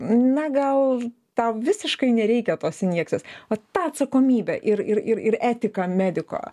na gal tau visiškai nereikia tos injekcijos vat tą atsakomybę ir ir ir etiką mediko